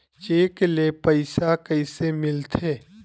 Cheque ले पईसा कइसे मिलथे?